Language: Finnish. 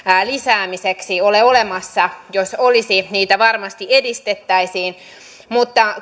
lisäämiseksi ole olemassa jos olisi niitä varmasti edistettäisiin mutta